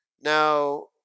Now